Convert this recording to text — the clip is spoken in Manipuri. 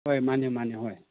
ꯍꯣꯏ ꯃꯥꯟꯅꯦ ꯃꯥꯟꯅꯦ ꯍꯣꯏ